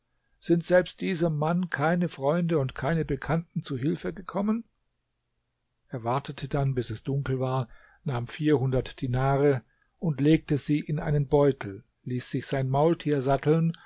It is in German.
sind selbst diesem mann keine freunde und keine bekannten zu hilfe gekommen er wartete dann bis es dunkel war nahm vierhundert dinare und legte sie in einen beutel ließ sich sein maultier satteln